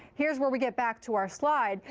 here's where we get back to our slide,